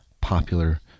popular